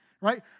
right